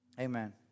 Amen